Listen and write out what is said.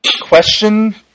question